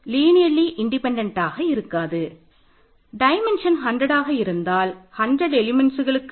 a n 1 Fல் இருக்கும்